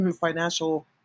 financial